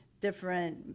different